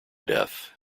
death